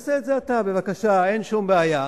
תעשה את זה אתה, אין בעיה,